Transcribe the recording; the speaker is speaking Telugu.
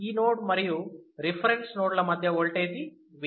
ఈ నోడ్ మరియు రిఫరెన్స్ నోడ్ ల మధ్య ఓల్టేజీ V